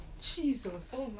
jesus